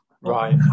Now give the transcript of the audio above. Right